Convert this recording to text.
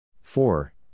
four